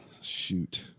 shoot